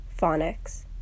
phonics